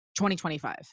2025